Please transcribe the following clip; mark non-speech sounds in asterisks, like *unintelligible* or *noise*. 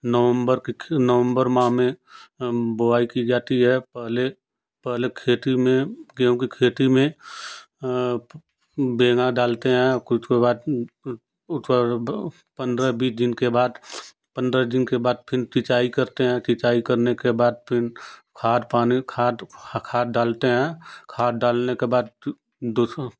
नवम्बर के खे नवम्बर माह में बुआई की जाती है पहले पहले खेती में गेहूँ की खेती में बेंगा डालते हैं उसके बाद उसके बाद पंद्रह बीस दिन के बाद पंद्रह दिन के बाद फिर सिंचाई करते हैं सिंचाई करने के बाद फिर खाद पानी खाद खा खाद डालते हैं खाद डालने के बाद *unintelligible*